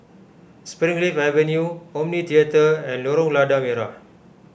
Springleaf Avenue Omni theatre and Lorong Lada Merah